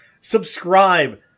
subscribe